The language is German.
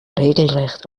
regelrecht